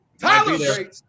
Tyler